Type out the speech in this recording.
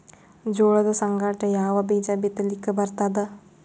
ಜೋಳದ ಸಂಗಾಟ ಯಾವ ಬೀಜಾ ಬಿತಲಿಕ್ಕ ಬರ್ತಾದ?